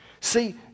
See